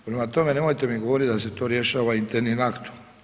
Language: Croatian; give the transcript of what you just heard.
Prema tome, nemojte mi govoriti da se to rješava internim aktom.